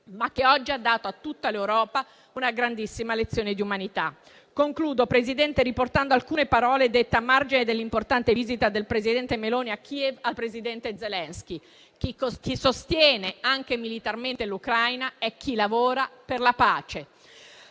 ma che oggi ha dato a tutta l'Europa una grandissima lezione di umanità. Concludo, Presidente, riportando alcune parole dette a margine dell'importante visita del presidente Meloni a Kiev al presidente Zelensky: chi sostiene, anche militarmente, l'Ucraina è chi lavora per la pace.